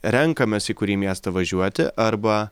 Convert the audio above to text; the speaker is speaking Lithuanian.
renkamės į kurį miestą važiuoti arba